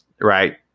right